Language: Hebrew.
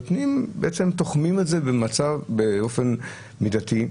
אנחנו תוחמים את זה באופן מידתי.